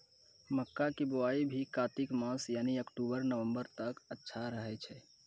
मक्का के बुआई भी कातिक मास यानी अक्टूबर नवंबर तक अच्छा रहय छै